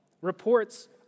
Reports